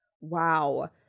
wow